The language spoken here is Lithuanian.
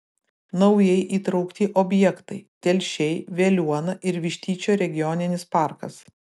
naujai įtraukti objektai telšiai veliuona ir vištyčio regioninis parkas